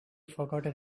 forgotten